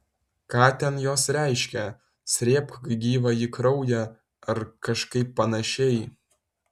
ką ten jos reiškia srėbk gyvąjį kraują ar kažkaip panašiai